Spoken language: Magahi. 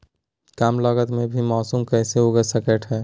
कम लगत मे भी मासूम कैसे उगा स्केट है?